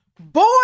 Boy